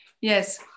Yes